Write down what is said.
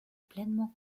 pleinement